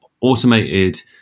automated